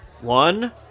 One